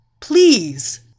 Please